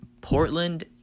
Portland